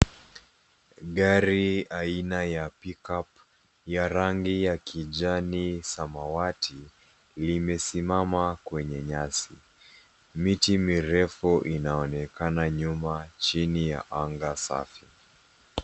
Gari aina ya Pickup ya rangi ya kijani samawati liimesimama kwenye nyasi. Miti mirefu inaonekana nyuma chini ya anga safi.